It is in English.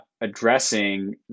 addressing